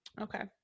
Okay